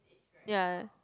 ya